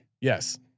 Yes